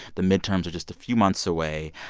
the midterms are just a few months away.